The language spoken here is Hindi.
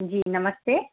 जी नमस्ते